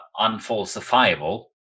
unfalsifiable